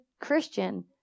Christian